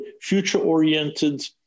future-oriented